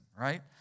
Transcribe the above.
right